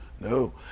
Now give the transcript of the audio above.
No